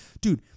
Dude